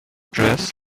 dress